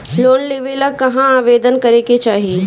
Loan लेवे ला कहाँ आवेदन करे के चाही?